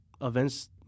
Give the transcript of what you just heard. events